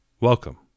Welcome